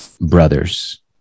brothers